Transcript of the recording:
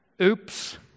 Oops